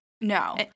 No